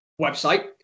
website